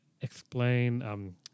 Explain –